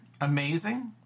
amazing